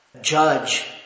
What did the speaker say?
judge